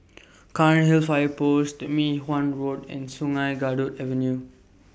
Cairnhill Fire Post Mei Hwan Road and Sungei Kadut Avenue